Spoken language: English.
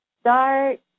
start